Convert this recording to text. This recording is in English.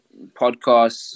podcasts